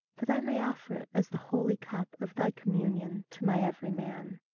that i may offer it as the holy cup of thy communion to my every man.